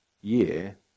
year